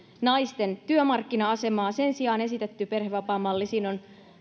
naisten työmarkkina asemaa esitetyssä perhevapaamallissa on